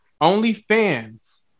OnlyFans